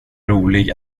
rolig